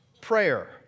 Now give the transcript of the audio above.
Prayer